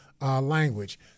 language